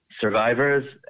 survivors